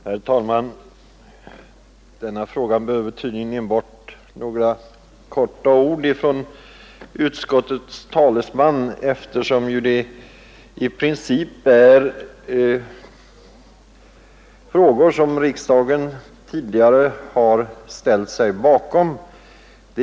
Herr talman! Denna fråga fordrar tydligen enbart några få ord från utskottets talesman, eftersom riksdagen tidigare i princip har ställt sig bakom förslaget.